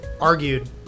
argued